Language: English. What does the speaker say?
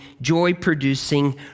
joy-producing